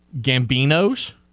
gambino's